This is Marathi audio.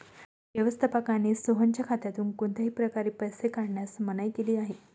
व्यवस्थापकाने सोहनच्या खात्यातून कोणत्याही प्रकारे पैसे काढण्यास मनाई केली आहे